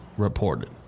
Reported